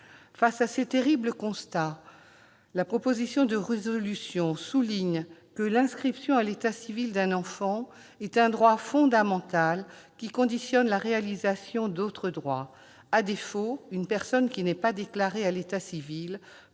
Face à ces terribles constats, la proposition de résolution souligne que l'inscription à l'état civil d'un enfant est un droit fondamental qui conditionne la réalisation d'autres droits. À défaut, une personne qui n'est pas déclarée à l'état civil